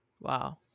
wow